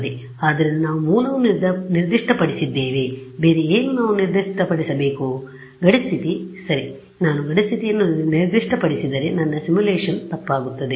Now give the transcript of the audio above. ಆದ್ದರಿಂದ ನಾವು ಮೂಲವನ್ನು ನಿರ್ದಿಷ್ಟಪಡಿಸಿದ್ದೇವೆ ಬೇರೆ ಏನು ನಾವು ನಿರ್ದಿಷ್ಟಪಡಿಸಬೇಕು ಗಡಿ ಸ್ಥಿತಿ ಸರಿ ನಾನು ಗಡಿ ಸ್ಥಿತಿಯನ್ನು ನಿರ್ದಿಷ್ಟಪಡಿಸದಿದ್ದರೆ ನನ್ನ ಸಿಮ್ಯುಲೇಶನ್ ತಪ್ಪಾಗುತ್ತದೆ